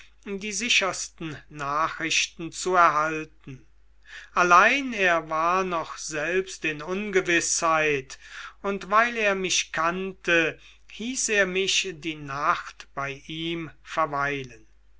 die sichersten nachrichten zu erhalten allein er war noch selbst in ungewißheit und weil er mich kannte hieß er mich die nacht bei ihm verweilen